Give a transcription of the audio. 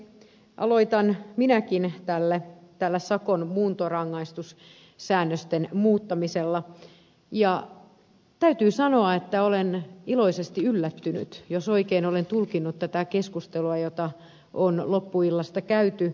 aloitan minäkin tällä sakon muuntorangaistussäännösten muuttamisella ja täytyy sanoa että olen iloisesti yllättynyt jos olen oikein tulkinnut tätä keskustelua jota on loppuillasta käyty